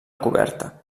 coberta